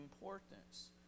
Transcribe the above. importance